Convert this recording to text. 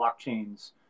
blockchain's